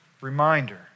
reminder